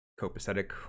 copacetic